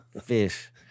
fish